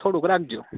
થોડુંક રાખજો